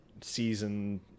season